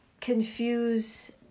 confuse